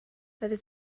roeddet